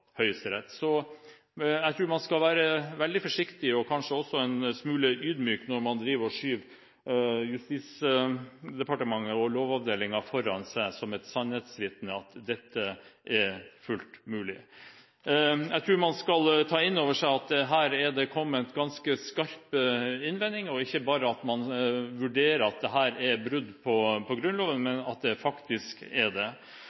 Så jeg tror man skal være veldig forsiktig, og kanskje også en smule ydmyk, når man skyver Justisdepartementet og Lovavdelingen foran seg som et sannhetsvitne om at dette er fullt mulig. Jeg tror man skal ta inn over seg at det her er kommet ganske skarpe innvendinger, og at man ikke bare vurderer om dette er brudd på Grunnloven, men at det faktisk er det.